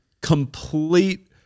complete